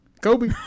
Kobe